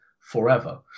forever